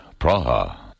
Praha